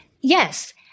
Yes